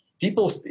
people